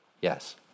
Yes